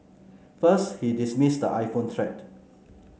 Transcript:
first he dismissed the iPhone threat